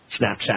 Snapchat